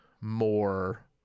more